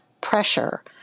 pressure